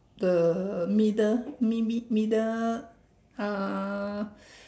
the middle mi~ mi~ middle uh